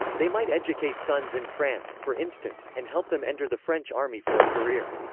they might educate sons in france, for instance, and help them enter the french army for a career.